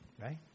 right